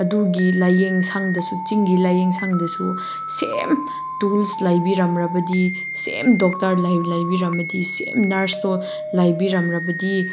ꯑꯗꯨꯒꯤ ꯂꯥꯏꯌꯦꯡꯁꯪꯗꯁꯨ ꯆꯤꯡꯒꯤ ꯂꯥꯏꯌꯦꯡꯁꯪꯗꯁꯨ ꯁꯦꯝ ꯇꯨꯜꯁ ꯂꯩꯕꯤꯔꯝꯂꯕꯗꯤ ꯁꯦꯝ ꯗꯣꯛꯇꯔ ꯂꯩꯕꯤꯔꯝꯃꯗꯤ ꯁꯦꯝ ꯅꯔꯁꯇꯣ ꯂꯩꯕꯤꯔꯝꯂꯕꯗꯤ